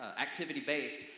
activity-based